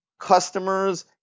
customers